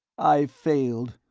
i've failed,